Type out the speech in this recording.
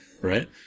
right